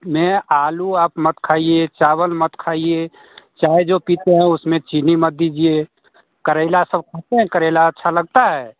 में आलू आप मत खाईए चावल मत खाईए चाय जो पीते हैं उसमें चीनी मत दीजिए करेला सब खाते हैं करेला अच्छा लगता है